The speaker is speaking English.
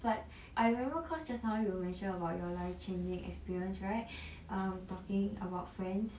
but I remember cause just now you were mentioning about your life changing experience right um talking about friends